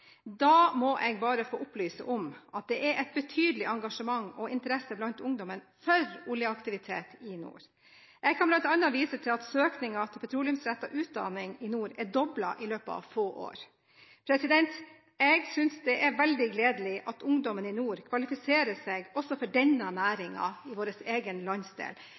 Da må jeg bare få opplyse om at det er et betydelig engasjement og interesse blant ungdommen for oljeaktivitet i nord. Jeg kan bl.a. vise til at søkningen til petroleumsrettet utdanning i nord er doblet i løpet av få år. Jeg synes det er veldig gledelig at ungdommen i nord kvalifiserer seg også for denne næringen i vår egen landsdel.